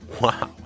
wow